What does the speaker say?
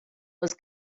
was